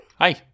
hi